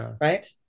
right